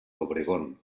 obregón